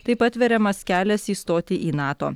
taip atveriamas kelias įstoti į nato